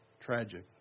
tragic